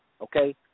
okay